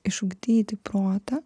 išugdyti protą